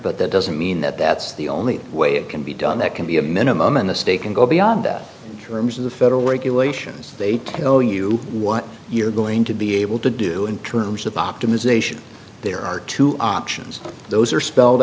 but that doesn't mean that that's the only way it can be done that can be a minimum and the state can go beyond that terms of the federal regulations they tell you what you're going to be able to do in terms of optimization there are two options those are spelled